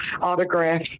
autograph